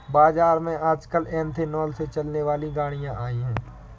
बाज़ार में आजकल एथेनॉल से चलने वाली गाड़ियां आई है